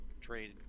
trade